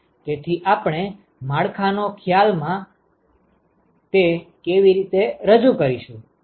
તેથી આપણે માળખા નો ખ્યાલ માં તે કેવી રીતે રજૂ કરીશું